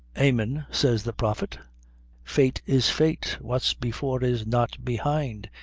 amin, says the prophet fate is fate, what's before is not behind,